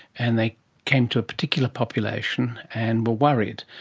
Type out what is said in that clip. and they came to a particular population and were worried.